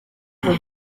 the